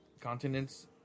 continents